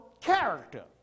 character